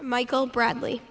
michael bradley